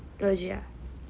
legit ah